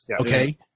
Okay